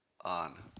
on